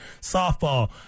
softball